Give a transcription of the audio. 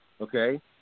okay